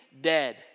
dead